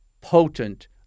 potent